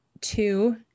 two